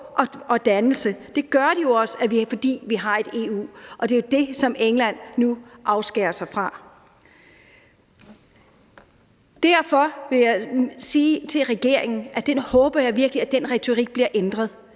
og dannelse, og det gør de jo også, fordi vi har et EU, og det er jo det, som England nu afskærer sig fra. Derfor vil jeg sige til regeringen, at jeg virkelig håber, at den retorik bliver ændret.